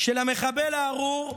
של המחבל הארור,